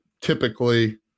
typically